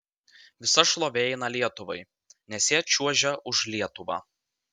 visa šlovė eina lietuvai nes jie čiuožia už lietuvą